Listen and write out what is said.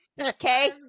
okay